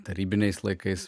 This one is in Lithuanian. tarybiniais laikais